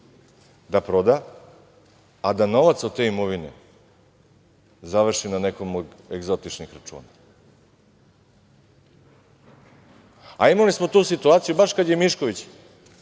da proda, a da novac od te imovine završi na nekom od egzotičnih računa. Imali smo tu situaciju baš kada je Mišković